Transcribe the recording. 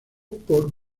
por